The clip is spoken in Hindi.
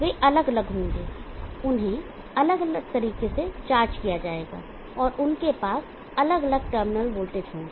वे अलग अलग होंगे उन्हें अलग तरीके से चार्ज किया जाएगा और उनके पास अलग अलग टर्मिनल वोल्टेज होंगे